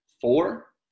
four